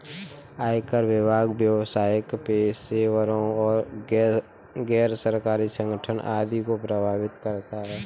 आयकर विभाग व्यावसायिक पेशेवरों, गैर सरकारी संगठन आदि को प्रभावित करता है